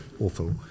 awful